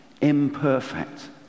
imperfect